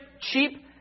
cheap